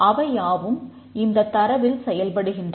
அவையாவும் இந்தத் தரவில் செயல்படுகின்றன